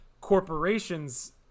corporations